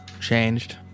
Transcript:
changed